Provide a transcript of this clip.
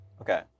Okay